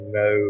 no